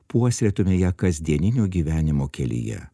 puoselėtume ją kasdieninio gyvenimo kelyje